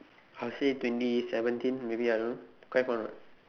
I'll say twenty seventeen maybe I don't know quite fun what